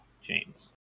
James